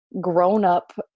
grown-up